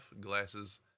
glasses